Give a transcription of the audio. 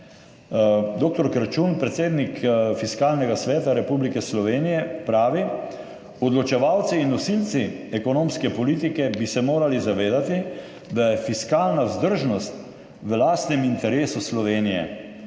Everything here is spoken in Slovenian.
dr. Kračun, predsednik Fiskalnega sveta Republike Slovenije, pravi: »Odločevalci in nosilci ekonomske politike bi se morali zavedati, da je fiskalna vzdržnost v lastnem interesu Slovenije,